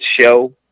show